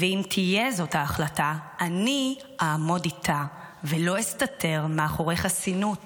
אם תהיה זאת ההחלטה אני אעמוד איתה ולא אסתתר מאחורי חסינות